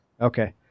Okay